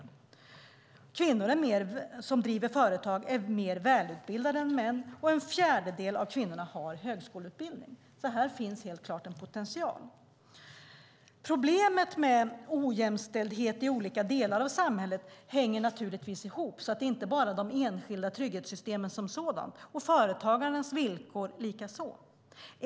Kvinnor som driver företag är mer välutbildade, och en fjärdedel av kvinnorna har högskoleutbildning. Så här finns det helt klart en potential. Problemet med ojämställdhet i olika delar av samhället hänger naturligtvis ihop med mycket annat, inte bara med de enskilda trygghetssystemen som sådant, företagarnas villkor likaså.